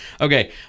Okay